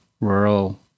rural